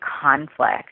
conflict